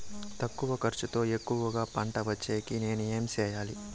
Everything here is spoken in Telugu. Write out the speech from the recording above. తక్కువ ఖర్చుతో ఎక్కువగా పంట వచ్చేకి నేను ఏమి చేయాలి?